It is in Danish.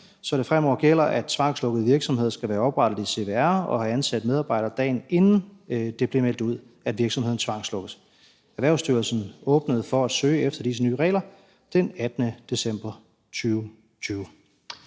så det fremover gælder, at tvangslukkede virksomheder skal være oprettet i CVR og have ansat medarbejdere, dagen inden det bliver meldt ud, at virksomheden tvangslukkes. Erhvervsstyrelsen åbnede for at søge efter disse nye regler den 18. december 2020.